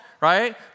right